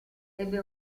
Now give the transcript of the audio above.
ebbe